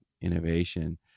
innovation